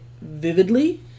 vividly